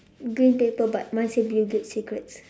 green paper but mine say bill-gates secrets